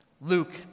Luke